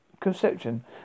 conception